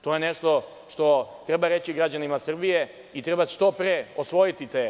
To je nešto što treba reći građanima Srbije i treba što pre osvojiti te…